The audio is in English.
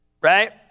Right